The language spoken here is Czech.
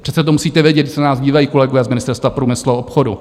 Přece to musíte vědět, když se na nás dívají kolegové z Ministerstva průmyslu a obchodu.